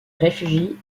réfugie